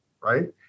right